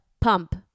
pump